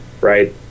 right